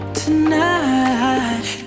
tonight